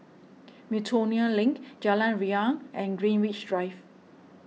Miltonia Link Jalan Riang and Greenwich Drive